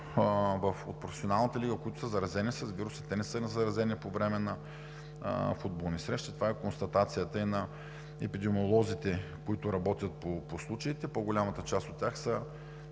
в професионалната лига, които са заразени с вируса, не са заразени по време на футболни срещи – това е констатацията и на епидемиолозите, които работят по случаите. По-голямата част от тях са